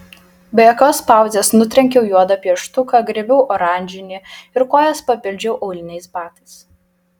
be jokios pauzės nutrenkiau juodą pieštuką griebiau oranžinį ir kojas papildžiau auliniais batais